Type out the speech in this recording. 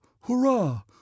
Hurrah